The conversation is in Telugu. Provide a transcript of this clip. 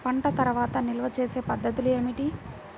పంట తర్వాత నిల్వ చేసే పద్ధతులు ఏమిటి?